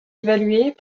évaluées